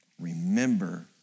Remember